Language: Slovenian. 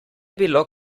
bilo